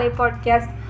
podcast